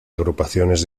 agrupaciones